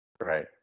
right